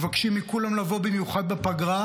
ומבקשים מכולם לבוא במיוחד בפגרה,